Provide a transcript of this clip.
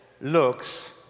looks